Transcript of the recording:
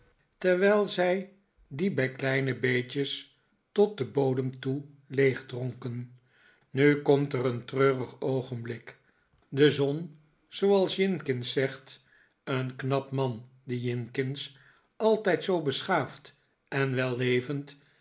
terwijl zij die bij kleine beetjes tot den bodem toe leeg dronken nu komt er een treurig oogenblik de zon zooals jinkins zegt een knap man die jinkins altijd zoo beschaafd en wellevend